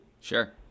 Sure